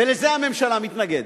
ולזה הממשלה מתנגדת.